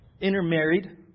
intermarried